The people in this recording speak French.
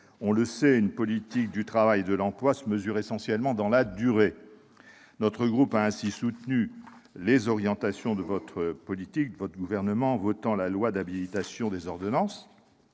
On le sait, une politique du travail et de l'emploi se mesure essentiellement dans la durée. Notre groupe a soutenu les orientations de la politique de votre gouvernement, madame la ministre, en votant la loi d'habilitation des ordonnances.